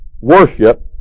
Worship